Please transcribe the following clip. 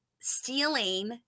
stealing